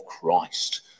Christ